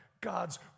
God's